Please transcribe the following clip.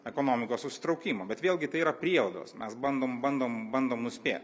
ekonomikos susitraukimo bet vėlgi tai yra prielaidos mes bandom bandom bandom nuspėt